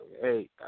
hey